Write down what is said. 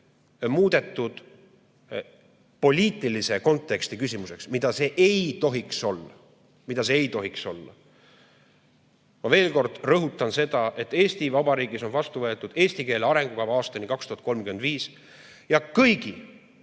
muudetud poliitilise konteksti küsimuseks, mida see ei tohiks olla. Ma veel kord rõhutan seda, et Eesti Vabariigis on vastu võetud eesti keele arengukava aastani 2035 ja kõigi